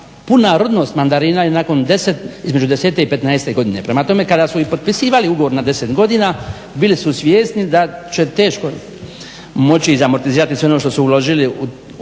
puna rodnost mandarina je nakon deset između 10 i 15 godine. Prema tome kada su i potpisivali ugovor na deset godina bili su svjesni da će teško moći izamortizirali sve ono što su uložili u